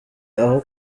aho